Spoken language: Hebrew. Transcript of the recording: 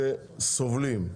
שסובלים.